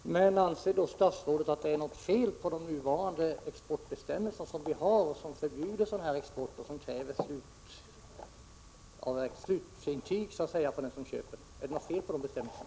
Fru talman! Anser då statsrådet att det är något fel på de nuvarande exportbestämmelserna som förbjuder sådan export och som kräver så att säga slutintyg av den som köper?